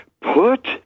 put